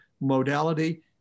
modality